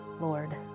Lord